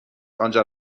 آنجا